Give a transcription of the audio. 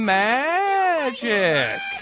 magic